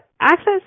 access